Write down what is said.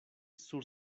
sur